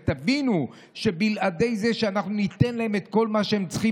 ותבינו שבלעדי זה שאנחנו ניתן להם את כל מה שהם צריכים,